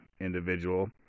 individual